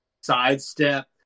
sidestep